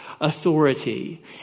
authority